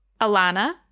Alana